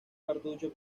cartucho